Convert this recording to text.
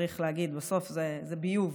כי בסוף זה ביוב,